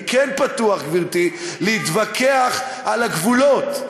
אני כן פתוח, גברתי, להתווכח על הגבולות.